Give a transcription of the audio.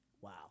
Wow